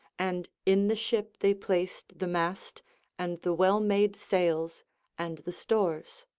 and in the ship they placed the mast and the well-made sails and the stores.